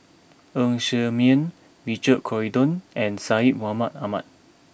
Ng Ser Miang Richard Corridon and Syed Mohamed Ahmed